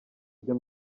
byo